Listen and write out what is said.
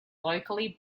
locally